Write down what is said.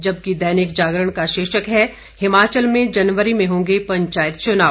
जबकि दैनिक जागरण का शीर्षक है हिमाचल में जनवरी में होंगे पंचायत चुनाव